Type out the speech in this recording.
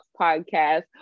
Podcast